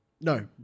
No